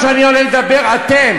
אתם